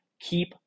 Keep